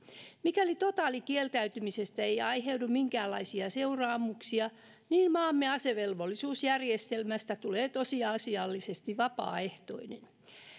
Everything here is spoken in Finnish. mikäli totaalikieltäytymisestä ei aiheudu minkäänlaisia seuraamuksia niin maamme asevelvollisuusjärjestelmästä tulee tosiasiallisesti vapaaehtoinen